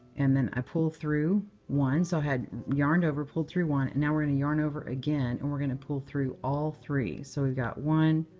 and then i pull through one. so i had yarned over, pulled through one. and now, we're going to yarn over again, and we're going to pull through all three. so we've got one,